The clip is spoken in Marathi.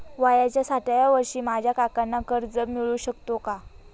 वयाच्या साठाव्या वर्षी माझ्या काकांना कर्ज मिळू शकतो का?